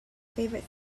favorite